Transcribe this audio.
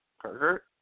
Kurt